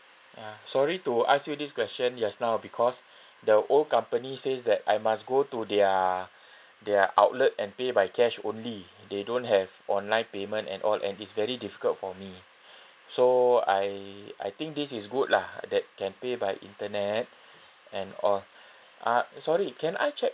ya sorry to ask you this question just now because the old company says that I must go to their their outlet and pay by cash only they don't have online payment and all and it's very difficult for me so I I think this is good lah that can pay by internet and or uh sorry can I check